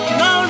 no